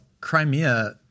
Crimea—